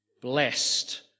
Blessed